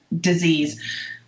disease